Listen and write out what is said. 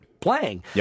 playing